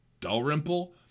Dalrymple